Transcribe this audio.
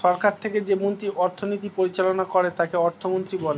সরকার থেকে যে মন্ত্রী অর্থনীতি পরিচালনা করে তাকে অর্থমন্ত্রী বলে